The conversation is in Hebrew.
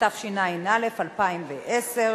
התשע"א 2010,